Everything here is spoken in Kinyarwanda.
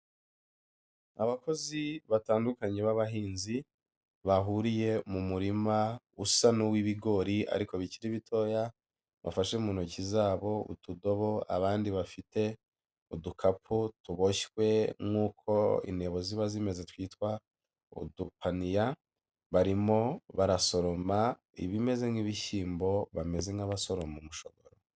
Abakozi batandukanye b'abahinzi bahuriye mu murima usa n'uw'ibigori ariko bikiri bitoya, bafashe mu ntoki zabo utudobo, abandi bafite udukapu tuboshywe nk'uko intebo ziba zimeze twitwa udupaniya, barimo barasoroma ibimeze nk'ibishyimbo, bameze nk'abasoro umushogoro.